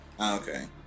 okay